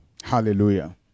Hallelujah